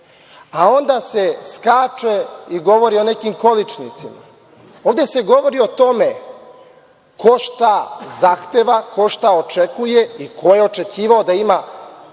Onda se skače i govori o nekim količnicima. Ovde se govori o tome ko šta zahteva, ko šta očekuje i ko je očekivao da ima